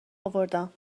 آوردم